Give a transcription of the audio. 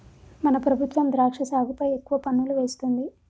మన ప్రభుత్వం ద్రాక్ష సాగుపై ఎక్కువ పన్నులు వేస్తుంది